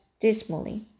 dismally